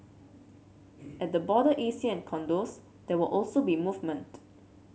at the border E C and condos there will also be movement